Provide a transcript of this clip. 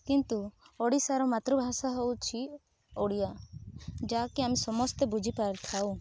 କିନ୍ତୁ ଓଡ଼ିଶାର ମାତୃଭାଷା ହେଉଛି ଓଡ଼ିଆ ଯାହାକି ଆମେ ସମସ୍ତେ ବୁଝିପାରୁଥାଉ